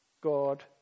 God